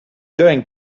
going